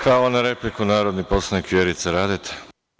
Pravo na repliku, narodni poslanik, Vjerica Radeta.